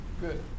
Good